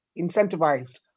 incentivized